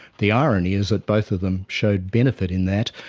the irony is that both of them showed benefit in that.